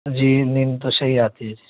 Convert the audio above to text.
جی نیند تو صحیح آتی ہے جی